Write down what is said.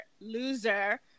loser